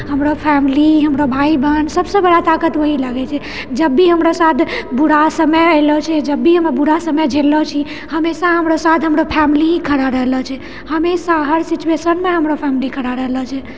हमरो फैमिली हमरो भाइ बहन सबसँ बड़ा ताकत ओएह लागैछे जबभी हमरा साथ बुरा समय अएलोह छे जबभी हम बुरा समय झेल्लोंह छी हमेशा हमरोसाथ हमरो फैमिली ही खड़ा रहलोछे हमेशा हर सिचुएशनमे हमरो फैमिली खड़ा रहलोछे